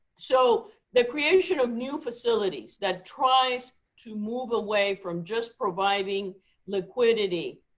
so the creation of new facilities that tries to move away from just providing liquidity